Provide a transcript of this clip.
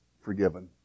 forgiven